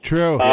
True